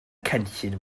cynllun